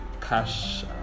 cash